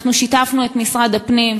אנחנו שיתפנו את משרד הפנים,